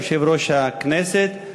כיושב-ראש הכנסת,